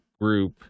group